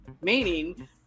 Meaning